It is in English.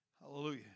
Hallelujah